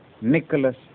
Nicholas